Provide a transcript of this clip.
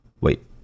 wait